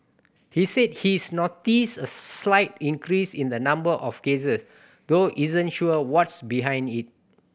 he said he's noticed a slight increase in the number of cases though isn't sure what's behind it